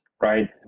right